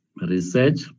research